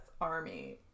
Army